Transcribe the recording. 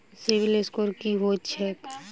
CIBIL score की होइत छैक?